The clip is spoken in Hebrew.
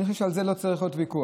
אני חושב שעל זה לא צריך להיות ויכוח.